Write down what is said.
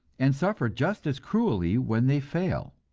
and suffer just as cruelly when they fail.